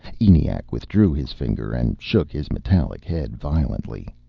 eniac withdrew his finger and shook his metallic head violently.